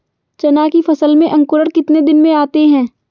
चना की फसल में अंकुरण कितने दिन में आते हैं?